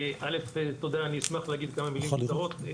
א' תודה, אני אשמח להגיד כמה מילים קצרות.